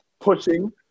pushing